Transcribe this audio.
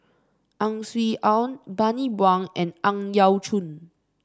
Ang Swee Aun Bani Buang and Ang Yau Choon